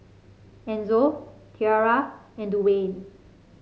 Enzo Tiarra and Duwayne